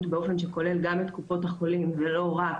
באופן שכולל גם את קופות החולים ולא רק